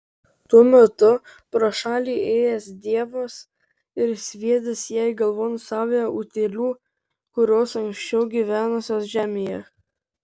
tuo metu pro šalį ėjęs dievas ir sviedęs jai galvon saują utėlių kurios anksčiau gyvenusios žemėje